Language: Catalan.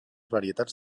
varietats